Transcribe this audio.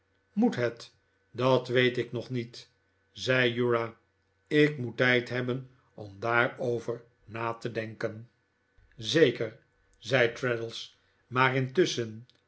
moet het dat weet ik nog niet zei uriah ik moet tijd hebben om daarover na te denken zeker zei traddles maar intusschen